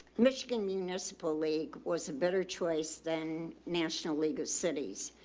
michigan municipal league was a better choice then national league of cities,